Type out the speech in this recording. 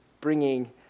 bringing